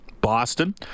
Boston